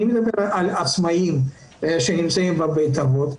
אני מדבר על עצמאים שנמצאים בבית אבות,